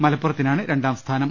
മലപ്പുറത്തിനാണ് രണ്ടാംസ്ഥാനം